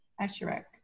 Asherak